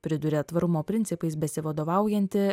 priduria tvarumo principais besivadovaujanti